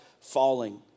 falling